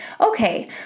okay